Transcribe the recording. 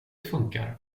funkar